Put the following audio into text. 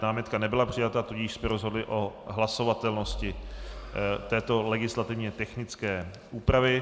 Námitka nebyla přijata, tudíž jsme rozhodli o hlasovatelnosti této legislativně technické úpravy.